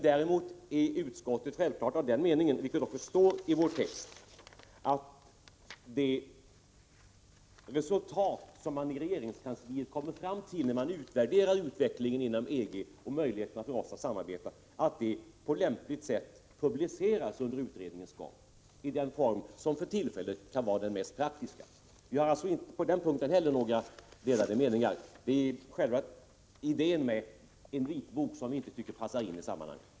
Däremot anser utskottet, vilket också står i vår text, att det resultat som man inom regeringskansliet kommer fram till vid utvärderingen av utvecklingen inom EG och möjligheterna för oss att samarbeta på lämpligt sätt publiceras under utredningens gång i den form som för tillfället kan vara den mest praktiska. Vi har alltså inte heller på den punkten några delade meningar. Det är själva idén med en vitbok som vi inte tycker passar in i sammanhanget.